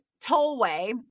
tollway